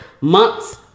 months